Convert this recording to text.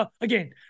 again